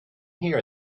here